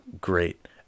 great